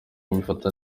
babifata